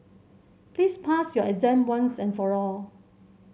please pass your exam once and for all